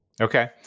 Okay